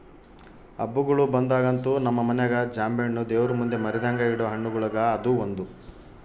ಹಬ್ಬಗಳು ಬಂದಾಗಂತೂ ನಮ್ಮ ಮನೆಗ ಜಾಂಬೆಣ್ಣು ದೇವರಮುಂದೆ ಮರೆದಂಗ ಇಡೊ ಹಣ್ಣುಗಳುಗ ಅದು ಒಂದು